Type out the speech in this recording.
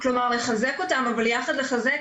כלומר לחזק אותם, אבל יחד לחזק